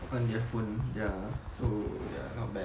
on their phone ya so ya not bad